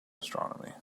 astronomy